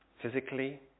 physically